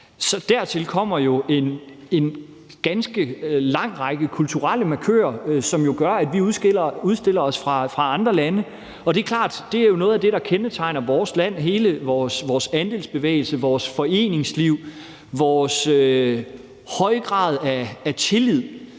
Dertil kommer jo en ganske lang række kulturelle markører, som gør, at vi udskiller os fra andre lande. Og det er klart, at noget af det, der kendetegner vores land, er hele vores andelsbevægelse, vores foreningsliv og vores høje grad af tillid.